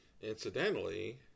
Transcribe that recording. Incidentally